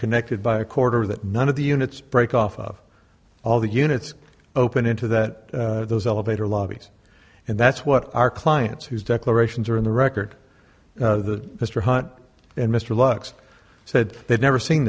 connected by a quarter that none of the units break off of all the units open into that those elevator lobbies and that's what our clients whose declarations are in the record the mr hot and mr lux said they've never seen